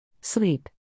sleep